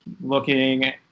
looking